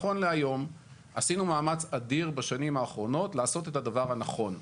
נכון להיום עשינו מאמץ אדיר בשנים האחרונות לעשות את הדבר הנכון.